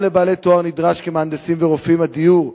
גם לבעלי תואר נדרש כמהנדסים ורופאים.